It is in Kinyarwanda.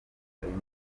harimo